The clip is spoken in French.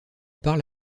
parle